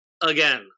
again